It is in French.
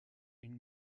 une